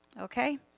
okay